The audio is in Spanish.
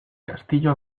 castillo